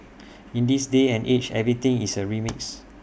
in this day and age everything is A remix